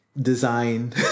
design